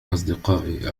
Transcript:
أصدقائي